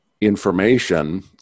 information